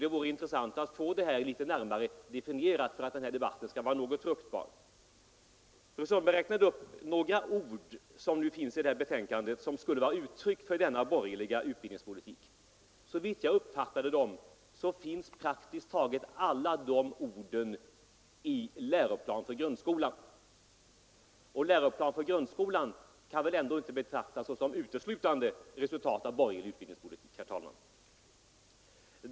Det vore intressant att få denna litet närmare definierad för att denna debatt skall kunna bli fruktbar. Fru Sundberg läste upp några ord ur betänkandet, vilka skulle vara uttryck för denna borgerliga utbildningspolitik. Såvitt jag uppfattade det finns praktiskt taget alla dessa ord i läroplan för grundskolan, och denna kan väl ändå inte betraktas som uteslutande ett resultat av borgerlig utbildningspolitik, herr talman.